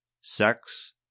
sex